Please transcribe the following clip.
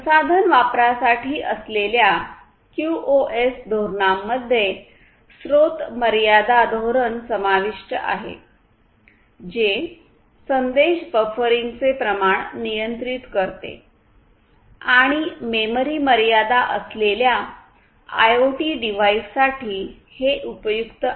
संसाधन वापरासाठी असलेल्या क्यूओएस धोरणांमध्ये स्त्रोत मर्यादा धोरण समाविष्ट आहे जे संदेश बफरिंगचे प्रमाण नियंत्रित करते आणि मेमरी मर्यादा असलेल्या आयओटी डिव्हाइससाठी हे उपयुक्त आहे